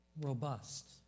robust